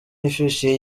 ifishi